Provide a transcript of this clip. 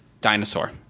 Dinosaur